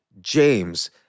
James